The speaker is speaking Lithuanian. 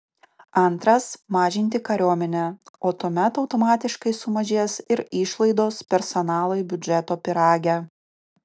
antras mažinti kariuomenę o tuomet automatiškai sumažės ir išlaidos personalui biudžeto pyrage